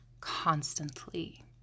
constantly